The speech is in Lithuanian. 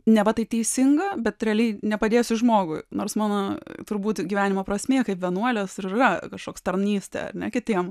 neva tai teisinga bet realiai nepadėsi žmogui nors mano turbūt gyvenimo prasmė kaip vienuolės ir yra kažkoks tarnystė kitiem